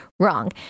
wrong